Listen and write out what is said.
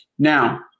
Now